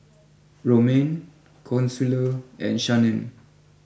Romaine Consuelo and Shannen